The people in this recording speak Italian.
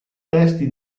testi